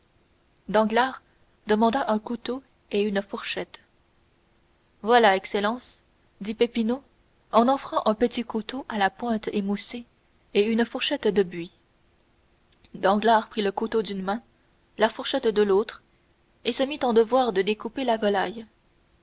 danglars demanda un couteau et une fourchette voilà excellence dit peppino en offrant un petit couteau à la pointe émoussée et une fourchette de bois danglars prit le couteau d'une main la fourchette de l'autre et se mit en devoir de découper la volaille